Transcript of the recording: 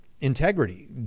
integrity